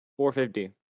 $450